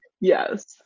Yes